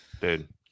Dude